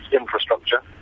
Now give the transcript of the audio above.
infrastructure